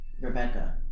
Rebecca